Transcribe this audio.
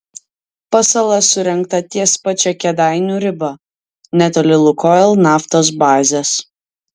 pasala surengta ties pačia kėdainių riba netoli lukoil naftos bazės